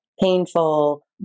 painful